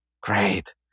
Great